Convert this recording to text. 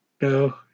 no